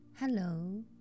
Hello